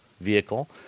vehicle